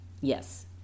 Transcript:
Yes